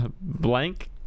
Blank